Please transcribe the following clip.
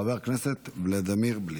חבר הכנסת ולדימיר בליאק,